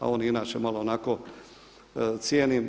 A on je inače malo onako cijenim.